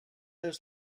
his